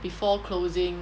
before closing